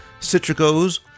Citrico's